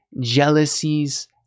jealousies